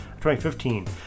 2015